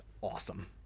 awesome